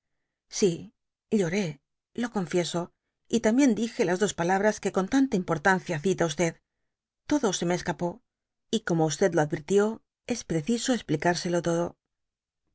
sí lloré lo confieso y también dije las dos palabras que con tanta importancia cita todo se me escapó y como lo advirtió es preciso esplicarselo todo